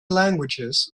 languages